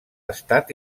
estat